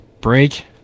break